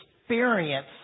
experience